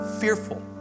fearful